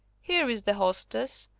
here is the hostess,